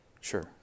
Sure